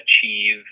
achieve